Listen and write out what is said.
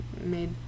made